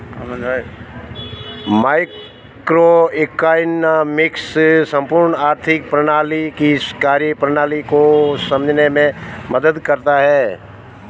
macroeconomics संपूर्ण आर्थिक प्रणाली की कार्यप्रणाली को समझने में मदद करता है